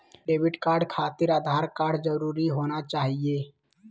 Debit card खातिर Aadhaar card जरूरी होना चाहिए?